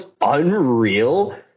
unreal